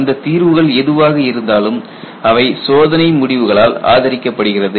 அந்த தீர்வுகள் எதுவாக இருந்தாலும் அவை சோதனை முடிவுகளால் ஆதரிக்கப்படுகிறது